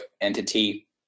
entity